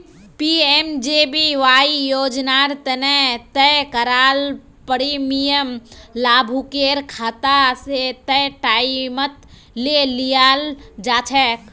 PMJBY योजना तने तय कराल प्रीमियम लाभुकेर खाता स तय टाइमत ले लियाल जाछेक